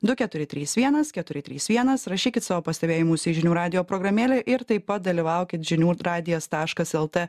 du keturi trys vienas keturi trys vienas rašykit savo pastebėjimus į žinių radijo programėlę ir taip pat dalyvaukit žinių radijas taškas lt